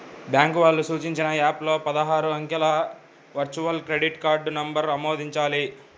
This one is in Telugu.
బ్యాంకు వాళ్ళు సూచించిన యాప్ లో పదహారు అంకెల వర్చువల్ క్రెడిట్ కార్డ్ నంబర్ను ఆమోదించాలి